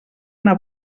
una